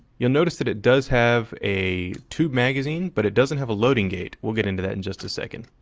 you'll notice that it does have a tube magazine but it doesn't have a loading gate. we'll get into that in just a second.